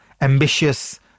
ambitious